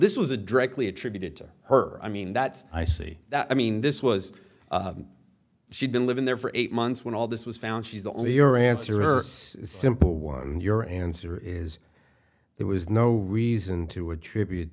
this was a directly attributed to her i mean that's i see that i mean this was she'd been living there for eight months when all this was found she's only your answer simple one your answer is there was no reason to attribute